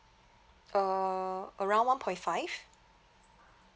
uh around one point five